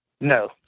No